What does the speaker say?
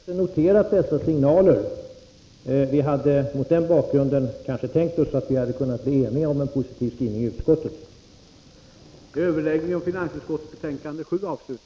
Herr talman! Vi har med tillfredsställelse noterat dessa signaler. Vi hade mot den bakgrunden tänkt oss att vi kanske kunde bli eniga om en positiv skrivning i utskottet.